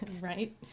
right